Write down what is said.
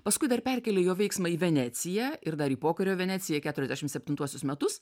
paskui dar perkėlė jo veiksmą į veneciją ir dar į pokario venecija į keturiasdešim septintuosius metus